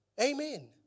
Amen